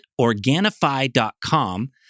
Organifi.com